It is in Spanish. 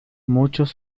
muchos